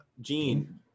gene